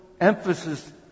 emphasis